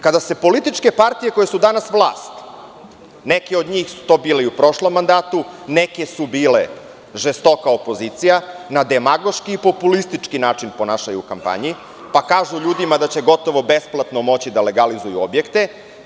Kada se političke partije koje su danas vlast, neke od njih su to bile i u prošlom mandatu, neke su bile žestoka opozicija, na demagoški i populistički način ponašaju u kampanji, pa kažu ljudima da će moći gotovo besplatno da legalizuju objekte.